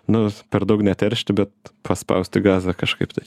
nu per daug neteršti bet paspausti gazą kažkaip tai